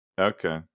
Okay